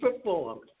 performed